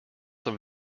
some